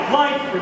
life